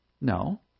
No